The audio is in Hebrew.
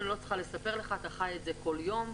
אני לא צריכה לספר לך, אתה חי את זה כל יום,